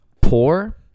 Poor